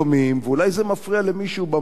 ואולי זה מפריע למישהו במערכת.